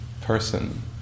person